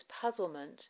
puzzlement